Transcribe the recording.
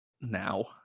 now